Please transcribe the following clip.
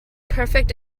perfect